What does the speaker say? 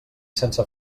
sense